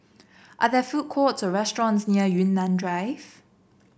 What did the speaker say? are there food courts or restaurants near Yunnan Drive